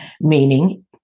meaning